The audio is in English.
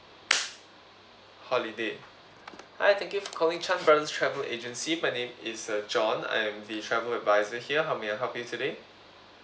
holiday hi thank you for calling chan brothers travel agency my name is uh john I am the travel advisor here how may I help you today